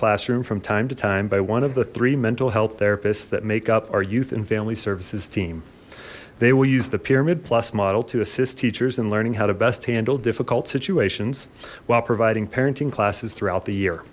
classroom from time to time by one of the three mental health therapists that make up our youth and family services team they will use the pyramid plus model to assist teachers and learning how to best handle difficult situations while providing parenting classes throughout the year